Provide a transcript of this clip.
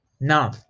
now